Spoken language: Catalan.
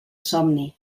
somni